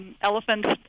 Elephants